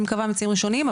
אני מקווה ממצאים ראשונים,